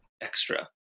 extra